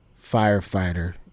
firefighter